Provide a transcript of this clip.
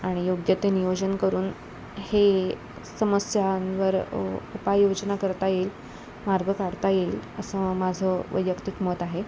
आणि योग्य ते नियोजन करून हे समस्यांवर उपाययोजना करता येईल मार्ग काढता येईल असं माझं वैयक्तिक मत आहे